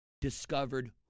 discovered